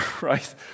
right